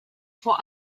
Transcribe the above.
vor